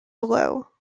below